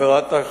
תודה, גברתי.